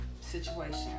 situation